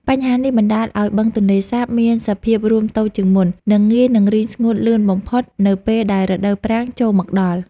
បញ្ហានេះបណ្តាលឱ្យបឹងទន្លេសាបមានសភាពរួមតូចជាងមុន និង ងាយនឹងរីងស្ងួតលឿនបំផុតនៅពេលដែលរដូវប្រាំងចូលមកដល់។